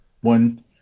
one